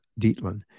Dietland